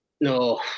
no